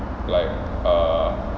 like err